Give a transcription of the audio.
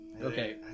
okay